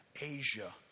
Asia